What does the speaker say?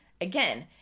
Again